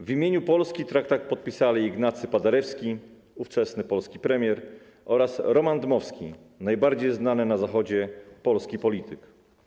W imieniu Polski traktat podpisali Ignacy Paderewski, ówczesny polski premier, oraz Roman Dmowski, najbardziej znany na Zachodzie polski polityk.